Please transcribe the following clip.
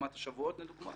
ברמת השבועות לדוגמה,